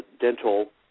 dental